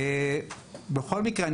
בכל מקרה,